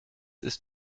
ist